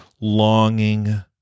longing